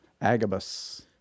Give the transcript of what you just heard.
Agabus